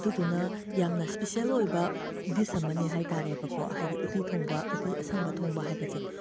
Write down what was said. ꯑꯗꯨꯗꯨꯅ ꯌꯥꯝꯅ ꯁ꯭ꯄꯦꯁꯤꯌꯦꯜ ꯑꯣꯏꯕ ꯗꯤꯁ ꯑꯃꯅꯤ ꯍꯥꯏ ꯇꯥꯔꯦꯕꯀꯣ ꯍꯥꯏꯗꯤ ꯎꯇꯤ ꯊꯣꯡꯕ ꯎꯇꯤ ꯑꯁꯪꯕ ꯊꯣꯡꯕ ꯍꯥꯏꯕꯁꯦ